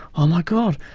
oh my god,